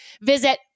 Visit